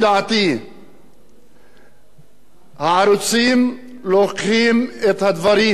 הערוצים לוקחים את הדברים השליליים ומתעלמים